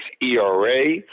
ERA